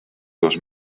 dos